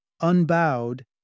Unbowed